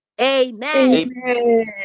Amen